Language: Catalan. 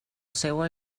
seua